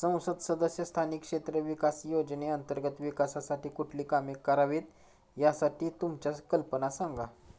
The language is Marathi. संसद सदस्य स्थानिक क्षेत्र विकास योजने अंतर्गत विकासासाठी कुठली कामे करावीत, यासाठी तुमच्या कल्पना सांगा